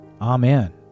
Amen